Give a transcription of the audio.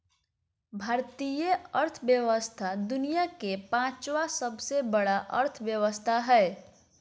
भारतीय अर्थव्यवस्था दुनिया के पाँचवा सबसे बड़ा अर्थव्यवस्था हय